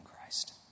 Christ